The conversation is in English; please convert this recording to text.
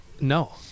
No